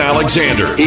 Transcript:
Alexander